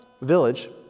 village